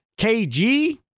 KG